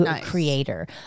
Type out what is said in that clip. creator